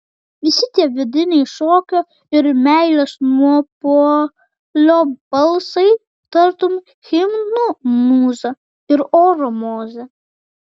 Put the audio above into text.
visi tie vidiniai šokio ir meilės nuopuolio balsai tartum himnų mūza ir oro mozė